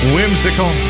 Whimsical